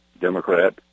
Democrat